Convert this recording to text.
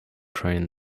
train